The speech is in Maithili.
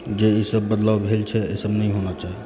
जे ई सब बदलाव भेल छै ई सब नहि होना चाही